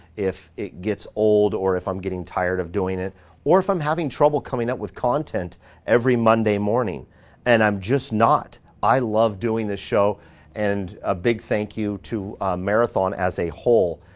if it gets old or if i'm getting tired of doing it or if i'm having trouble coming up with content every monday morning and i'm just not. i love doing this show and a big thank you to marathon as a whole.